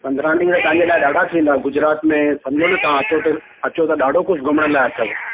पंदरहां ॾींहुं तव्हांजे लाइ ॾाढा थींदा गुजरात में समुझो त तव्हां अचो त अचो त ॾाढो कुझु घुमण लाइ अथव